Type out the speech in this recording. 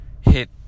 hit